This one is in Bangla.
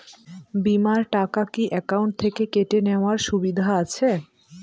বিমার টাকা কি অ্যাকাউন্ট থেকে কেটে নেওয়ার সুবিধা আছে?